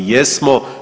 Jesmo.